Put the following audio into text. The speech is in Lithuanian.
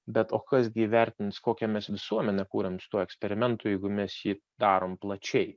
bet o kas gi įvertins kokią mes visuomenę kuriam su tuo eksperimentu jeigu mes jį darom plačiai